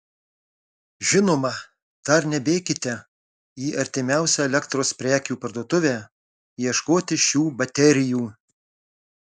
žinoma dar nebėkite į artimiausią elektros prekių parduotuvę ieškoti šių baterijų